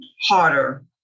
harder